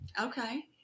okay